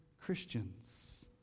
Christians